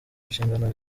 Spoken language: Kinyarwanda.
nshingano